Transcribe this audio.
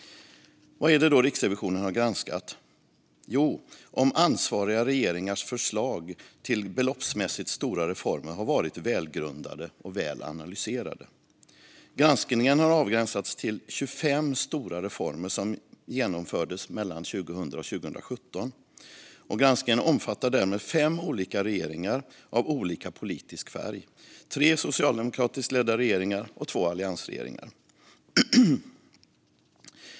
Vad är det då Riksrevisionen har granskat? Jo, den har granskat om ansvariga regeringars förslag till beloppsmässigt stora reformer har varit välgrundade och väl analyserade. Granskningen har avgränsats till 25 stora reformer som genomfördes 2000-2017. Granskningen omfattar därmed fem olika regeringar av olika politisk färg - tre socialdemokratiskt ledda regeringar och två alliansregeringar.